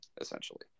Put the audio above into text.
essentially